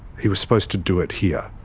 he was supposed to do it here.